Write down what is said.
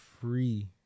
free